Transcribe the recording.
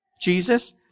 Jesus